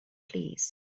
plîs